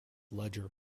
ledger